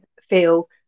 feel